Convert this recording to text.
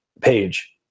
page